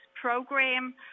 program